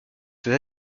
ses